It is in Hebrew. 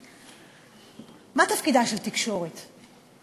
מה תפקידה של תקשורת?